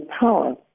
power